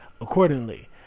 accordingly